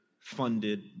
funded